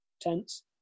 tense